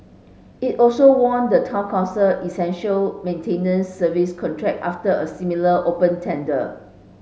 it also won the town council essential maintenance service contract after a similar open tender